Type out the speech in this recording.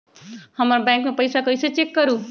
हमर बैंक में पईसा कईसे चेक करु?